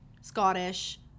Scottish